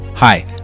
Hi